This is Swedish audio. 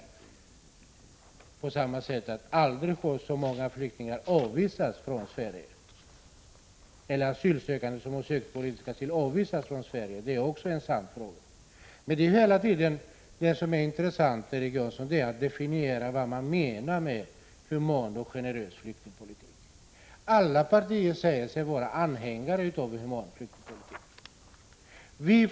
Jag kan säga: Aldrig har så många flyktingar som har sökt politisk asyl avvisats från Sverige. Det är också sant. Det intressanta är om Erik Janson kan definiera vad han menar med uttrycket ”human och generös flyktingpolitik”. Alla partier uppger sig vara anhängare av en human flyktingpolitik.